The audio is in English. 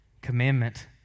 commandment